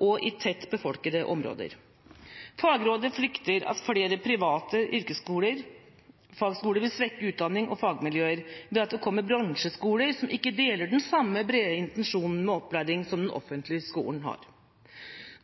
og i tett befolkede områder. Fagrådet frykter at flere private yrkesfagskoler vil svekke utdanning og fagmiljøer ved at det kommer bransjeskoler, som ikke deler den samme brede intensjonen med opplæring som den offentlige skolen har.